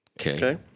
Okay